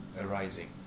arising